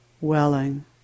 welling